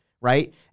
right